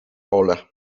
ole